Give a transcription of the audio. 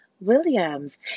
Williams